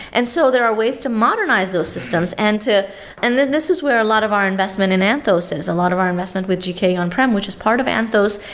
and so, there are ways to modernize those systems, and and this is where a lot of our investment in anthos is. a lot of our investment with gke on-prem, which is part of anthos,